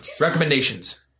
recommendations